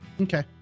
okay